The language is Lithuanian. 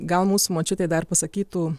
gal mūsų močiutė dar pasakytų